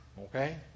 Okay